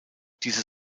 diese